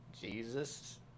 Jesus